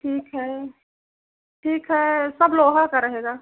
ठीक है ठीक है सब लोहा का रहेगा